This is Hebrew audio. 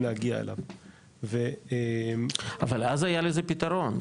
להגיע אליו ו- -- אבל אז היה לזה פתרון,